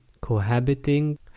cohabiting